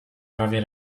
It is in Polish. prawie